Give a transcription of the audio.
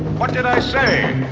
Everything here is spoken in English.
what did i say?